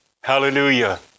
Hallelujah